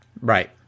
Right